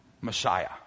Messiah